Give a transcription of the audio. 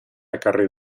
ekarri